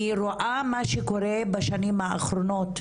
אני רואה מה שקורה בשנים האחרונות,